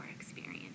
experience